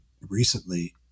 recently